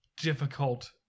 difficult